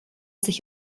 sich